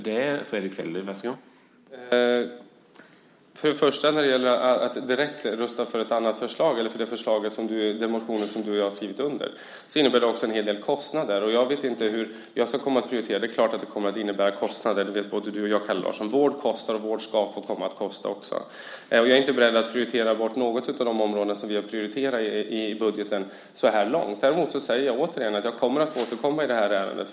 Herr talman! När det gäller att rösta för den motion som du och jag har skrivit under innebär det en hel del kostnader. Jag vet inte hur jag ska komma att prioritera. Det är klart att det kommer att innebära kostnader. Det vet både du och jag. Vård kostar och vård ska få kosta. Jag är inte beredd att prioritera bort något av de områden som vi har prioriterat i budgeten. Däremot säger jag återigen att jag återkommer i ärendet.